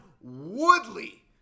Woodley